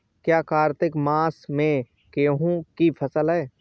क्या कार्तिक मास में गेहु की फ़सल है?